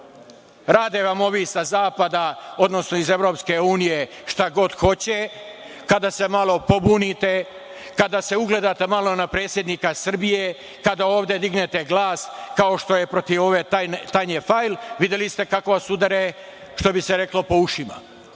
vam ovi sa zapada, odnosno iz EU šta god hoće. Kada se malo pobunite, kada se ugledate malo na predsednika Srbije, kada ovde dignete glas, kao što je protiv ove Tanje Fajon, videli ste kako vas udare, što bi se reklo, po ušima.